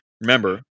Remember